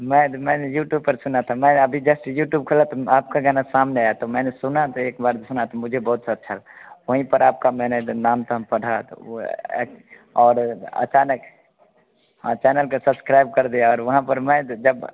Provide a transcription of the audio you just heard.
मैं तो मैंने यूट्यूब पर सुना था मैं अभी जस्ट युट्यूब खोला तो आपका गाना सामने आया तो मैंने सुना तो एक बार सुना तो मुझे बहुत अच्छ वहीं पर आपका मैंने द नाम ताम पढ़ा तो वो और अचानक हाँ चैनल के सब्सक्राइब कर दिया और वहाँ पर मैं तो जब